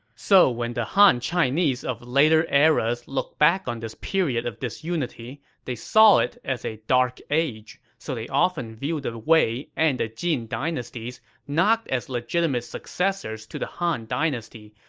so when the han chinese of later eras looked back on this period of disunity, they saw it as a dark age. so they often viewed the wei and the jin dynasties not as legitimate successors to the han dynasty,